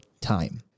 time